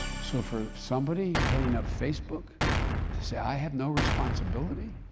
so for somebody heading up facebook to say i have no responsibility